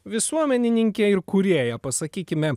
visuomenininkė ir kūrėja pasakykime